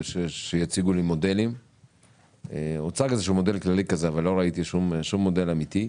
איזה מודל כללי כזה, לא מודל אמיתי.